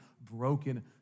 broken